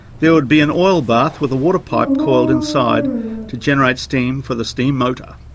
there would be an oil bath with a water pipe coiled inside to generate steam for the steam motor.